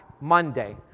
Monday